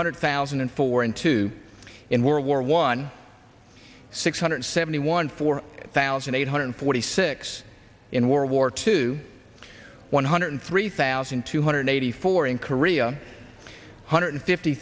hundred thousand and four and two in world war one six hundred seventy one four thousand eight hundred forty six in world war two one hundred three thousand two hundred eighty four in korea hundred fifty